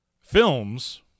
films